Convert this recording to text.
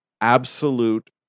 absolute